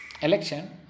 election